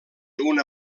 una